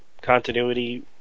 continuity